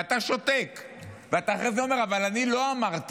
ואתה שותק, ואתה אחרי זה אומר: אבל אני לא אמרתי,